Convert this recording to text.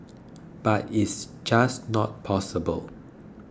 but it's just not possible